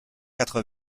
quatre